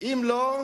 ואם לא,